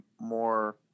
more